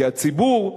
כי הציבור,